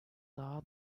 daha